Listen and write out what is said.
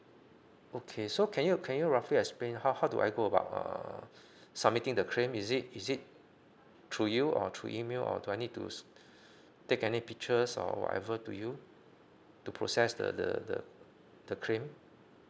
okay so can you can you roughly explain how how do I go about uh some making the claim is it is it through you or through email or do I need to take any pictures or whatever to you to process the the the the claim